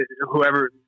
whoever